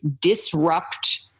disrupt